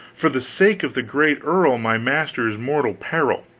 for the sake of the great earl my master's mortal peril